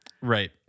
Right